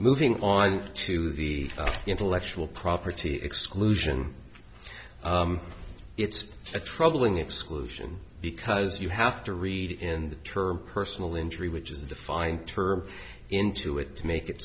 moving on to the intellectual property exclusion it's a troubling exclusion because you have to read in the term personal injury which is a defined term into it to make it